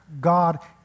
God